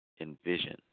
envision